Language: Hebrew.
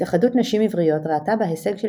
התאחדות נשים עבריות ראתה בהישג של